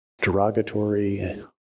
derogatory